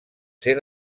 ser